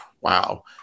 wow